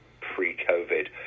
pre-COVID